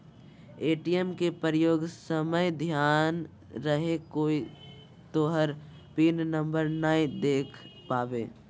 ATM के प्रयोग समय ध्यान रहे कोय तोहर पिन नंबर नै देख पावे